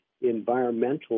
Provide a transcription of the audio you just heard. environmental